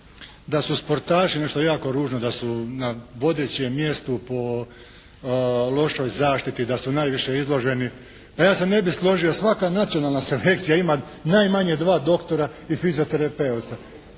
da su sportaši, nešto jako ružno, da su na vodećem mjestu po lošoj zaštiti, da su najviše izloženi. Pa ja se ne bih složio. Svaka nacionalna selekcija ima najmanje dva doktora i fizioterapeuta,